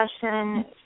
discussion